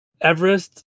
Everest